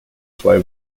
zwei